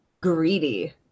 greedy